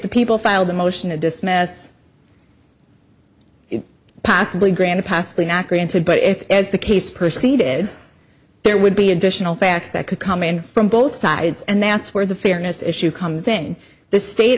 the people filed a motion to dismiss as possibly granted possibly not granted but if as the case per seated there would be additional facts that could come in from both sides and that's where the fairness issue comes in the state